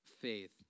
faith